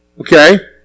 okay